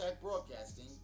broadcasting